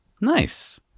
Nice